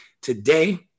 Today